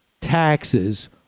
taxes